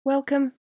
Welcome